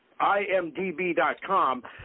IMDB.com